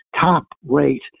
top-rate